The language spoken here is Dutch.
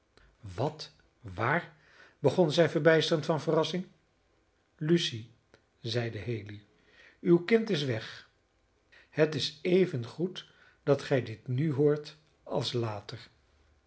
meer wat waar begon zij verbijsterd van verrassing lucy zeide haley uw kind is weg het is evengoed dat gij dit nu hoort als later